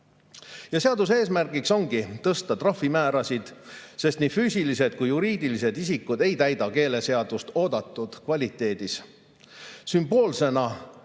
eesmärk ongi tõsta trahvimäärasid, sest nii füüsilised kui ka juriidilised isikud ei täida keeleseadust oodatud kvaliteedis. Sümboolsena mõjuvate